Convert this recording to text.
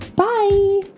Bye